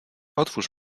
otwórz